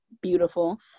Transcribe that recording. beautiful